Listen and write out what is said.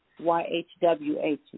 YHWH